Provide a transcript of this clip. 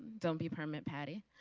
don't be peppermint patti.